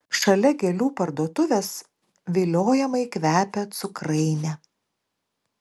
šalia gėlių parduotuvės viliojamai kvepia cukrainė